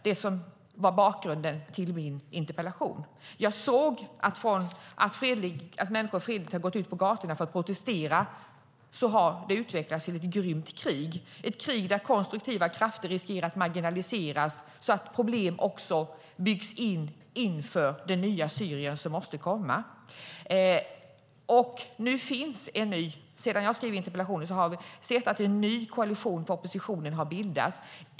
Det som var bakgrunden till min interpellation var att jag såg att människor fredligt gått ut på gatorna för att protestera och att det har utvecklats till ett grymt krig, ett krig där konstruktiva krafter riskerar att marginaliseras så att problem också byggs in i det nya Syrien som måste komma. Sedan jag skrev interpellationen har vi sett att oppositionen har bildat en ny koalition.